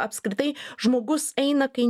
apskritai žmogus eina kai